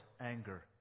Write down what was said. anger